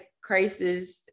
crisis